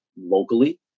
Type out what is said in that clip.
locally